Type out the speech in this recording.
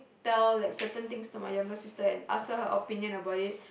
tell like certain things to my younger sister and ask her her opinion about it